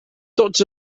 tots